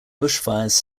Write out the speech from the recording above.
bushfires